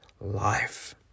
life